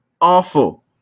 awful